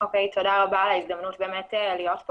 תודה רבה על ההזדמנות באמת להיות פה